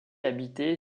habitée